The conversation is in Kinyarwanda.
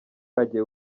agiye